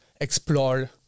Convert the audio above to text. explore